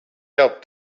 help